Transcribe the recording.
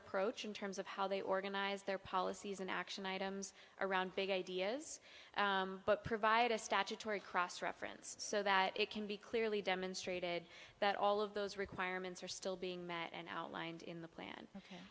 approach in terms of how they organize their policies and action items around big ideas but provide a statutory cross reference so that it can be clearly demonstrated that all of those requirements are still being met and outlined in the plan